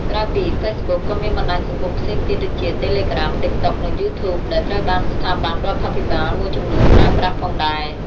ក្រៅពី Facebook ក៏មានបណ្ដាញសង្គមផ្សេងទៀតដូចជា Telegram, TikTok និង YouTube ដែលត្រូវបានស្ថាប័នរដ្ឋាភិបាលមួយចំនួនប្រើប្រាស់ផងដែរ។។